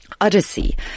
odyssey